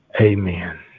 Amen